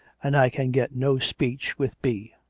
and i can get no speech with b.